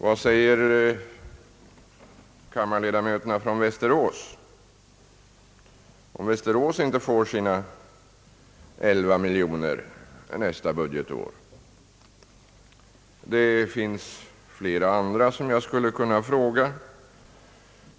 Vad säger kammarledamöterna från Västerås, om Västerås inte får sina 11 miljoner för nästa budgetår? Det finns flera andra som jag skulle kunna fråga.